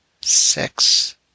six